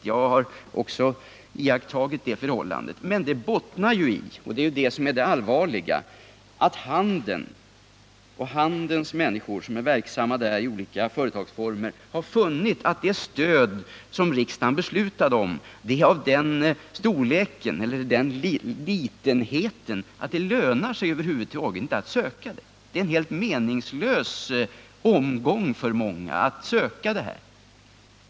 Också jag har iakttagit det förhållandet. Men det bottnar ju i — och det är det allvarliga — att handeln och de som är aktiva inom dess olika verksamhetsformer har funnit att det stöd som riksdagen beslutat om är så obetydligt att det över huvud taget inte lönar sig att söka det. Det är för många en helt meningslös åtgärd.